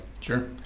Sure